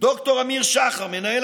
אפילו שאלות